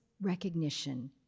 recognition